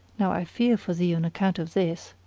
now i fear for thee on account of this.